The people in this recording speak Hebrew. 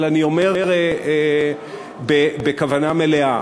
אבל אני אומר בכוונה מלאה: